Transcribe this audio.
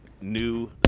new